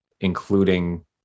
including